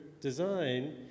design